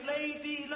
Lady